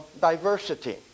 diversity